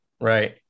right